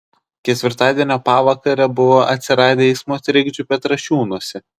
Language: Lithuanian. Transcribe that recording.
ketvirtadienio pavakarę buvo atsiradę eismo trikdžių petrašiūnuose